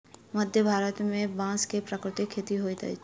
मध्य भारत में बांस के प्राकृतिक खेती होइत अछि